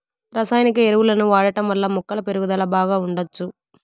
రసాయనిక ఎరువులను వాడటం వల్ల మొక్కల పెరుగుదల బాగా ఉండచ్చు